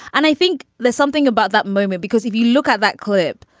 and i think there's something about that moment, because if you look at that clip,